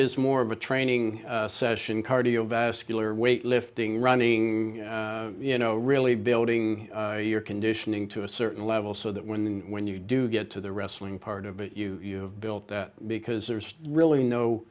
is more of a training session cardiovascular weightlifting running you know really building your conditioning to a certain level so that when when you do get to the wrestling part of it you built that because there's really no